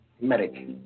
medic